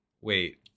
Wait